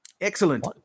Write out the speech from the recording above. Excellent